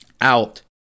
out